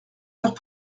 heures